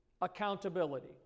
accountability